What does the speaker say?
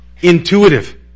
intuitive